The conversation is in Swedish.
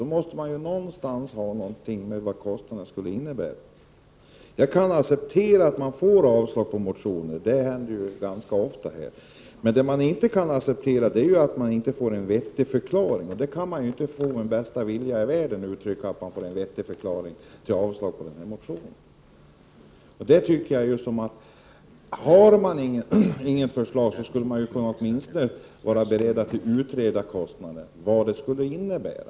Då måste man redovisa vad kostnaderna skulle innebära. Jag accepterar att vi får avslag på vår motion, för det händer ju ganska ofta här. Men jag accepterar inte att vi inte kan få en vettig förklaring — för det kan man inte få med bästa vilja — till avslag på motionen. Har man inget förslag själv skulle man åtminstone kunna vara beredd att utreda vad förslagen kostnadsmässigt skulle innebära.